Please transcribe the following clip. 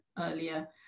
earlier